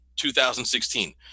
2016